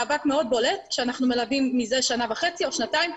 מאבק מאוד בולט שאנחנו מלווים מזה שנה וחצי או שנתיים,